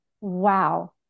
wow